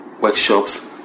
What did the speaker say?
workshops